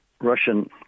russian